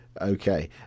Okay